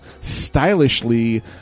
stylishly